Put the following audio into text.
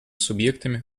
субъектами